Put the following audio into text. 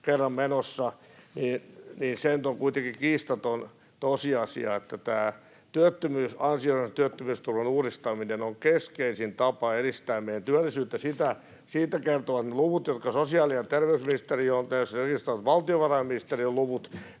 kerran menossa — niin se nyt on kuitenkin kiistaton tosiasia, että ansiosidonnaisen työttömyysturvan uudistaminen on keskeisin tapa edistää meidän työllisyyttä. Siitä kertovat ne luvut, jotka sosiaali- ja terveysministeriö on tässä listannut, valtiovarainministeriön luvut.